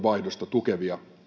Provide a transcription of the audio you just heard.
vaihdosta tukevia